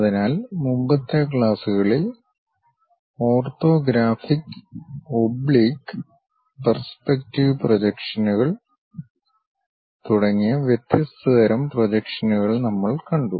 അതിനാൽ മുമ്പത്തെ ക്ലാസുകളിൽ ഓർത്തോഗ്രാഫിക് ഒബ്ളിക് പെർസ്പെക്ടിവ് പ്രൊജക്ഷൻസ് തുടങ്ങിയ വ്യത്യസ്ത തരം പ്രൊജക്ഷനുകൾ നമ്മൾ കണ്ടു